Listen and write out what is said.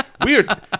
Weird